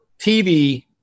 TV